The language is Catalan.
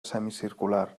semicircular